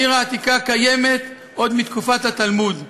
העיר העתיקה, קיימת עוד מתקופת התלמוד.